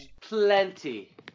plenty